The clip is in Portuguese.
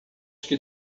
que